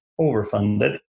overfunded